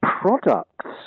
products